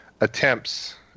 attempts